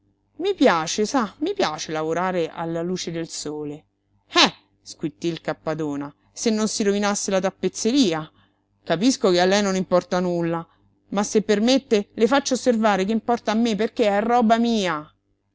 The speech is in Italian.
i piace sa mi piace lavorare alla luce del sole eh squittí il cappadona se non si rovinasse la tappezzeria capisco che a lei non importa nulla ma se permette le faccio osservare che importa a me perché è roba mia